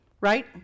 right